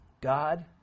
god